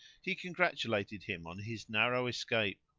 he congratulated him on his narrow escape.